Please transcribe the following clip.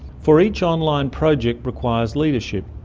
for each online project requires leadership.